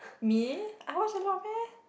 me I lost a lot meh